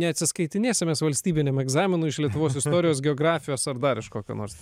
neatsiskaitinėsim mes valstybiniam egzaminui iš lietuvos istorijos geografijos ar dar iš kokio nors ten